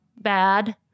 bad